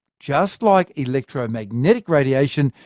just like electromagnetic radiation,